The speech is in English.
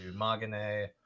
Magane